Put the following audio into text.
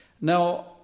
Now